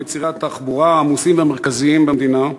הוא מצירי התחבורה העמוסים והמרכזיים במדינה.